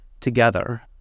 together